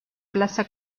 plaça